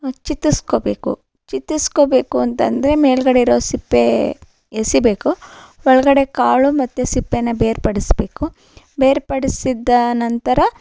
ಚಿತ್ತಿಸ್ಕೊಬೇಕು ಚಿತ್ತಿಸ್ಕೊಬೇಕು ಅಂತ ಅಂದ್ರೆ ಮೇಲ್ಗಡೆ ಇರೊ ಸಿಪ್ಪೆ ಎಸಿಬೇಕು ಒಳಗಡೆ ಕಾಳು ಮತ್ತೆ ಸಿಪ್ಪೆನ ಬೇರ್ಪಡಿಸ್ಬೇಕು ಬೇರ್ಪಡಿಸಿದ್ದಾದ ನಂತರ